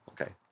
okay